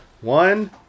One